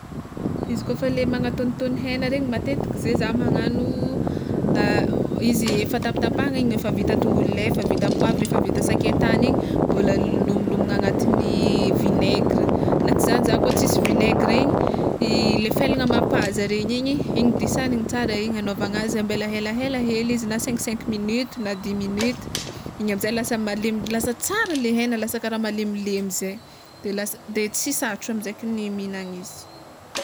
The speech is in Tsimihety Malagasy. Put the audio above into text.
Izy kôfa le magnatognotogno hegna regny matetiky ze zah magnagno izy efa tapitapahiny efa vita tongolo ley efa vita poavra efa vita sakaitany igny mbola lomagna agnaty vinegra na tsy zany za koa tsisy vinegra igny le felagna mapaza regny igny igny disagniny tsara igny hanaovanazy ambela helahela hely izy na cinq cinq minute na dix minute igny amizay lasa malemy lasa tsara le hegna lasa kara malemilemy zay de las- de tsy sarotra amizay kogny mihignan'izy.